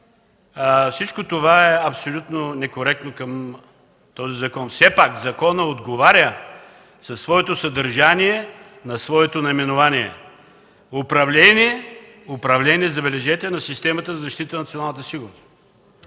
Всичко това е абсолютно некоректно да бъде в този закон. Все пак законът отговаря със своето съдържание на своето наименование: „Управление – забележете – управление на системата за защита на националната сигурност”.